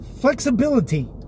Flexibility